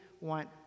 want